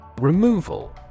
Removal